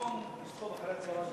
במקום לסחוב את ימי רביעי אחר-הצהריים,